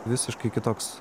visiškai kitoks